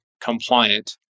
compliant